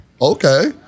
okay